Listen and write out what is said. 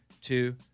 two